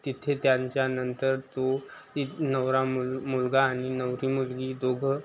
तिथे त्यांच्यानंतर तो तो नवरा मुल मुलगा आणि नवरी मुलगी दोघं